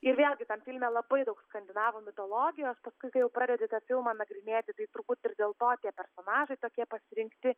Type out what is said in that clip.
ir vėlgi tam filme labai daug skandinavų mitologijos paskui kai jau pradedi tą filmą nagrinėti tai turbūt ir dėl to tie personažai tokie pasirinkti